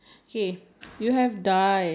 you have died